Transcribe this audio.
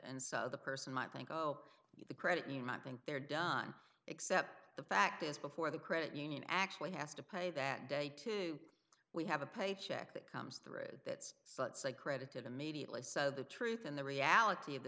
and so the person might think oh the credit you might think they're done except the fact is before the credit union actually has to pay that day too we have a paycheck that comes through that's such a credit it immediately so the truth and the reality of the